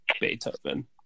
Beethoven